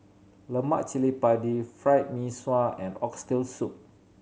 lemak cili padi Fried Mee Sua and Oxtail Soup